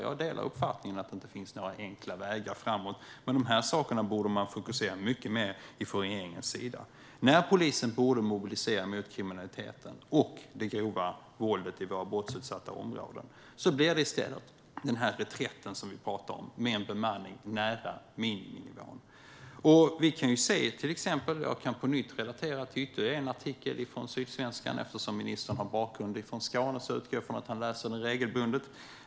Jag delar uppfattningen att det inte finns några enkla vägar framåt. Men de sakerna borde man fokusera på mycket mer från regeringens sida. När polisen borde mobiliseras mot kriminaliteten och det grova våldet i våra brottsutsatta områden blir det i stället den reträtt vi talar om med en bemanning nära miniminivån. Jag kan referera till ytterligare en artikel i Sydsvenskan. Eftersom ministern har bakgrund från Skåne utgår jag från att han läser den regelbundet.